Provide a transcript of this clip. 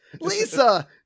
Lisa